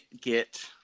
get